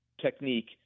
technique